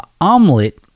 omelet